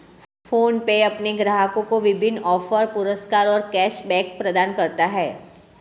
PhonePe अपने ग्राहकों को विभिन्न ऑफ़र, पुरस्कार और कैश बैक प्रदान करता है